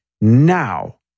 now